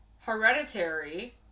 hereditary